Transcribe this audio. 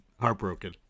heartbroken